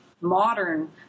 modern